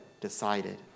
decided